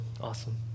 Awesome